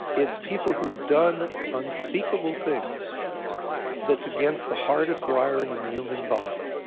it's people who've done unspeakable things that's against the hardest wiring in the human body.